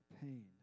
pain